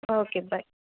okay bye